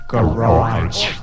Garage